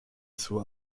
zur